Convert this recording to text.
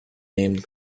named